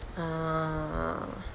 ah